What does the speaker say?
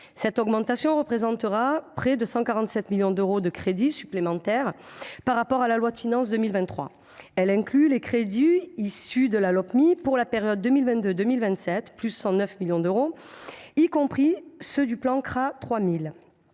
Cette augmentation représente près de 147 millions d’euros de crédits supplémentaires par rapport à la loi de finances pour 2023. Elle inclut les crédits issus de la Lopmi pour la période 2022 2027, soit +109 millions d’euros, y compris ceux du « plan CRA 3 000